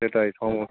সেটাই সমস্যা